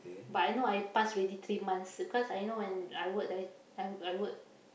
but I know I pass already three months because I know when I work there I I work